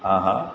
આ હા